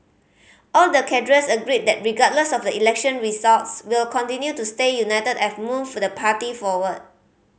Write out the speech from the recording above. all the cadres agree that regardless of the election results we'll continue to stay united and move for the party forward